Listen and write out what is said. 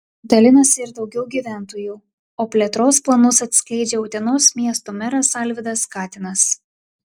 dalinasi ir daugiau gyventojų o plėtros planus atskleidžia utenos miesto meras alvydas katinas